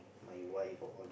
my wife or all